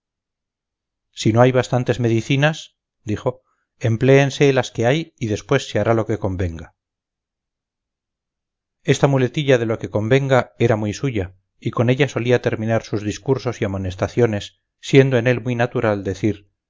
si no hay bastantes medicinas dijo empléense las que hay y después se hará lo que convenga esta muletilla de lo que convenga era muy suya y con ella solía terminar sus discursos y amonestaciones siendo en él muy natural decir